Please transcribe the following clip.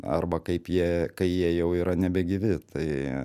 arba kaip jie kai jie jau yra nebegyvi tai